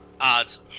Odds